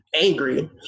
angry